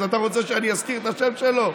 אז אתה רוצה שאני אזכיר את השם שלו?